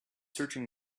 searching